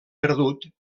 perdut